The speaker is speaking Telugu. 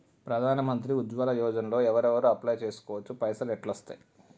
ప్రధాన మంత్రి ఉజ్వల్ యోజన లో ఎవరెవరు అప్లయ్ చేస్కోవచ్చు? పైసల్ ఎట్లస్తయి?